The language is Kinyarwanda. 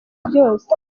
byose